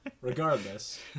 regardless